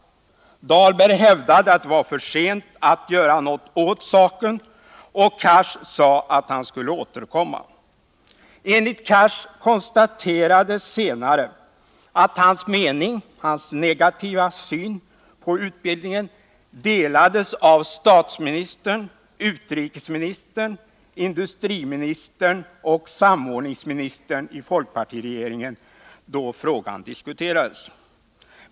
Dahlberg hävdade att det var för sent att göra något åt saken, och Hadar Cars sade att han skulle återkomma. Enligt Hadar Cars konstaterades senare att hans negativa syn på utbildningen delades av statsministern, utrikesministern, industriministern och samordningsministern i folkpartiregeringen, då frågan diskuterades.